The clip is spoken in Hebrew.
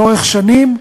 לאורך שנים,